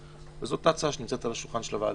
וזאת ההצעה שנמצאת על שולחן הוועדה.